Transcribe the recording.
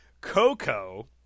Coco